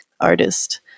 artist